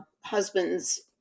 husbands